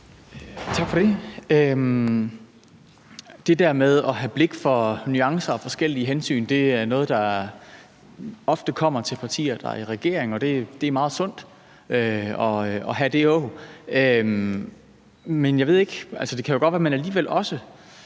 Tak for det. Det der med at have blik for nuancer og forskellige hensyn er noget, der ofte kommer til partier, der er i regering, og det er meget sundt at have det åg. Men det kan jo godt være, at man alligevel også